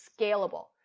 scalable